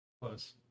close